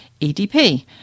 EDP